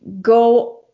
go